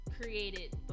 created